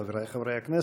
חברי חברי הכנסת,